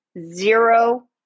zero